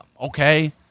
Okay